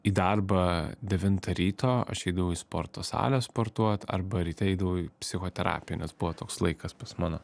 į darbą devintą ryto aš eidavau į sporto salę sportuot arba ryte eidavau į psichoterapiją nes buvo toks laikas pas mano